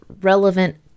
relevant